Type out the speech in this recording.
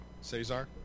Cesar